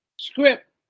script